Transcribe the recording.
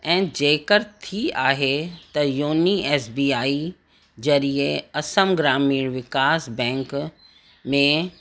ऐं जेकर थी आहे त यूनी एसबीआई ज़रिए सम ग्रामीण विकास बैंक में